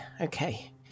okay